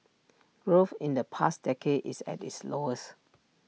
growth in the past decade is at its lowest